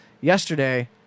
yesterday